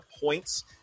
points